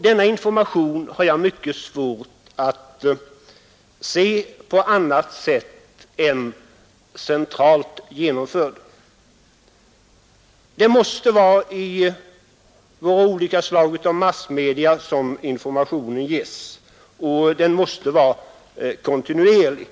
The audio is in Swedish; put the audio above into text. Denna information har jag svårt att tänka mig genomförd på annat sätt än centralt. Informationen måste ges genom våra olika massmedia, och den måste vara kontinuerlig.